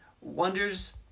wonders